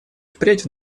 впредь